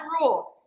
rule